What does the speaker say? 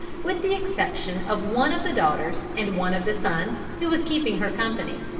with the exception of one of the daughters and one of the sons who was keeping her company.